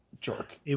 jerk